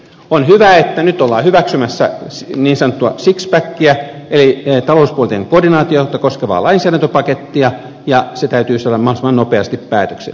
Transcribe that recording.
on hyvä että nyt ollaan hyväksymässä niin sanottua sixpackiä eli talouspolitiikan koordinaatiota koskevaa lainsäädäntöpakettia ja se täytyy saada mahdollisimman nopeasti päätökseen